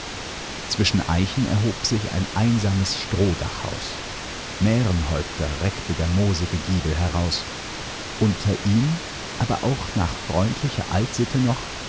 zwischen eichen erhob sich ein einsames strohdachhaus mährenhäupter reckte der moosige giebel heraus unter ihm aber nach freundlicher altsitte noch